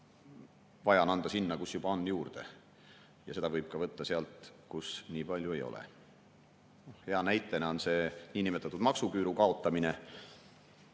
et vaja on anda sinna, kus juba on, juurde. Ja võtta võib ka sealt, kus nii palju ei ole. Hea näide on niinimetatud maksuküüru kaotamine,